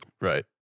Right